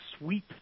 sweep